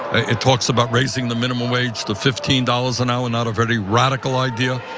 it talks about raising the minimum wage to fifteen dollars an hour, not a very radical idea.